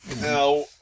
Now